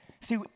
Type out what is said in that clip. See